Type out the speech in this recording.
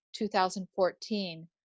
2014